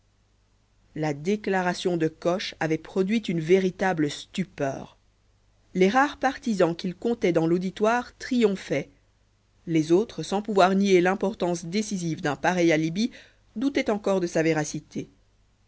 la déclaration de coche avait produit une véritable stupeur les rares partisans qu'il comptait dans l'auditoire triomphaient les autres sans pouvoir nier l'importance décisive d'un pareil alibi doutaient encore de sa véracité